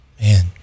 Man